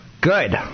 Good